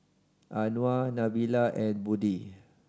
Anuar Nabila and Budi